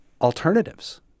alternatives